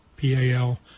P-A-L